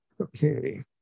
Okay